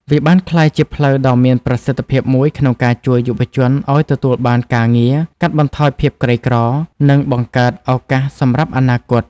វាបានក្លាយជាផ្លូវដ៏មានប្រសិទ្ធភាពមួយក្នុងការជួយយុវជនឱ្យទទួលបានការងារ កាត់បន្ថយភាពក្រីក្រ និងបង្កើតឱកាសសម្រាប់អនាគត។